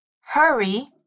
Hurry